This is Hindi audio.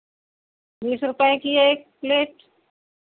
बीस रुपए की एक प्लेट